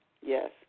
Yes